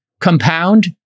compound